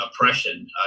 oppression